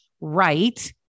right